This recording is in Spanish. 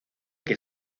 que